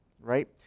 right